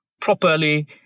properly